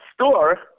store